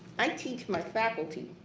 i teach my faculty